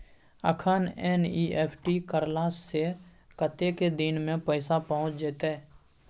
अखन एन.ई.एफ.टी करला से कतेक दिन में पैसा पहुँच जेतै?